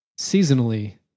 seasonally